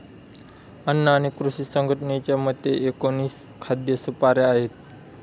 अन्न आणि कृषी संघटनेच्या मते, एकोणीस खाद्य सुपाऱ्या आहेत